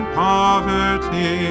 poverty